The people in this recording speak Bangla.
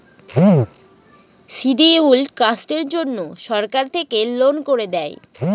শিডিউল্ড কাস্টের জন্য সরকার থেকে লোন করে দেয়